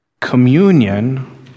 communion